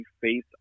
face